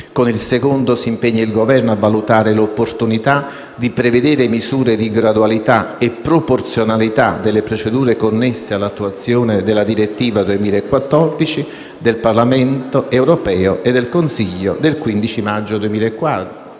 Con il secondo si impegna il Governo a valutare l'opportunità di prevedere misure di gradualità e proporzionalità connesse all'attuazione della direttiva n. 59 del 2014 del Parlamento europeo e del Consiglio del 15 maggio 2014.